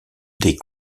des